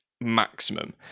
maximum